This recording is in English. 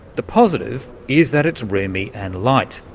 the positive is that it's roomy and light.